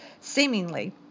seemingly